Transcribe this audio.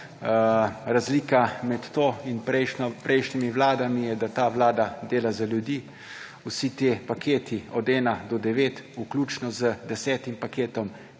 razlika med to in prejšnjimi vladami je, da ta vlada dela za ljudi. Vsi ti paketi od 1 do 9, vključno z 10. paketom,